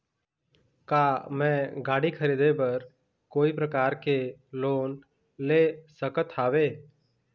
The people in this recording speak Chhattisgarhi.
का मैं गाड़ी खरीदे बर कोई प्रकार के लोन ले सकत हावे?